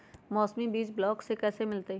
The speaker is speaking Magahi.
मौसमी बीज ब्लॉक से कैसे मिलताई?